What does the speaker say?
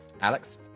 Alex